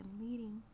leading